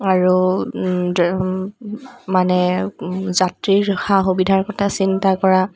আৰু মানে যাত্ৰীৰ সা সুবিধাৰ কথা চিন্তা কৰা